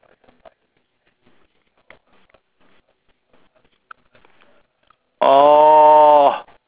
orh